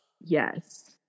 Yes